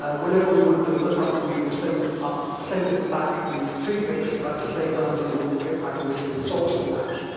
ah whenever we want to do a lookup, we will send ah send back the prefix back to safe browsing and we will get back a list of results to match.